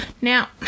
Now